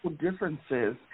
differences